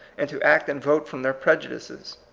and to act and vote from their prejudices.